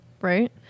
right